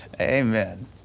Amen